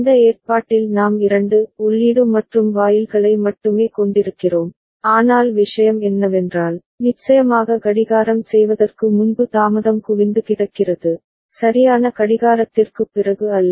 இந்த ஏற்பாட்டில் நாம் 2 உள்ளீடு மற்றும் வாயில்களை மட்டுமே கொண்டிருக்கிறோம் ஆனால் விஷயம் என்னவென்றால் நிச்சயமாக கடிகாரம் செய்வதற்கு முன்பு தாமதம் குவிந்து கிடக்கிறது சரியான கடிகாரத்திற்குப் பிறகு அல்ல